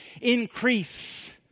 increase